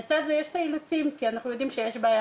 לצד זה יש את האילוצים כי אנחנו יודעים שיש בעיה